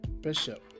Bishop